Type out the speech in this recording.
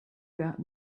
got